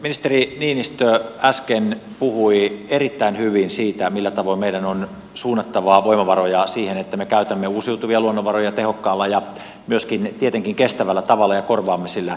ministeri niinistö äsken puhui erittäin hyvin siitä millä tavoin meidän on suunnattava voimavaroja siihen että me käytämme uusiutuvia luonnonvaroja tehokkaalla ja tietenkin myöskin kestävällä tavalla ja korvaamme sillä uusiutumattomia